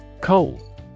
Coal